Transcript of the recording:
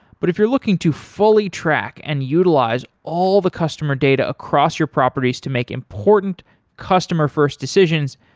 but if you're looking to fully track and utilize all the customer data across your properties to make important customer-first decisions,